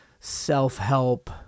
self-help